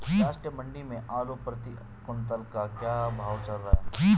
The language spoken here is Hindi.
राष्ट्रीय मंडी में आलू प्रति कुन्तल का क्या भाव चल रहा है?